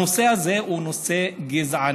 הנושא הזה הוא נושא גזעני.